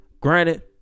Granted